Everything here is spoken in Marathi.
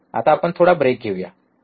आता आपण थोडा ब्रेक घेऊया ठीक आहे